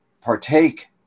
partake